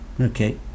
Okay